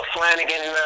Flanagan